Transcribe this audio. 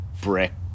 brick